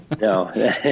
No